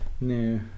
No